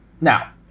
Now